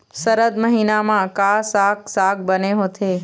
सरद महीना म का साक साग बने होथे?